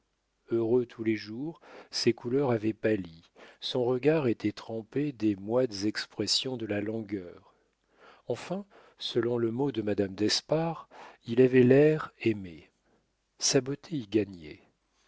heureux tous les jours ses couleurs avaient pâli son regard était trempé des moites expressions de la langueur enfin selon le mot de madame d'espard il avait l'air aimé sa beauté y gagnait